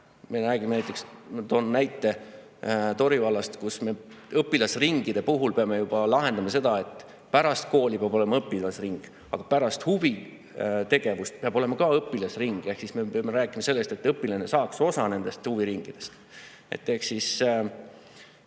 näite Tori vallast. Õpilasringide puhul me peame lahendama seda, et pärast kooli peab olema õpilasring ja ka pärast huvitegevust peab olema õpilasring. Ehk siis me peame rääkima sellest, et õpilane saaks osa nendest huviringidest. Omavalitsuste